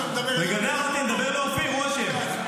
בגלל זה אמרתי: אני מדבר לאופיר, הוא אשם.